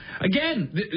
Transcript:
Again